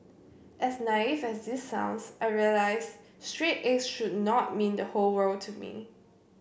as naive as this sounds I realised straight as should not mean the whole world to me